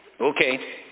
Okay